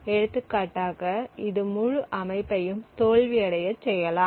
எடுத்துக்காட்டாக இது முழு அமைப்பையும் தோல்வியடையச் செய்யலாம்